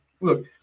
look